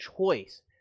choice